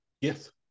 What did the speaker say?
Yes